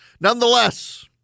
Nonetheless